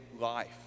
life